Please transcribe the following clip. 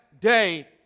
day